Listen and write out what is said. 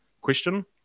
question